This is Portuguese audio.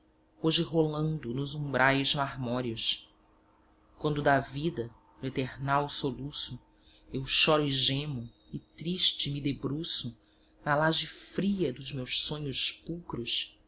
hoje rolando nos umbrais marmóreos quando da vida no eternal soluço eu choro e gemo e triste me debruço na laje fria dos meus sonhos pulcros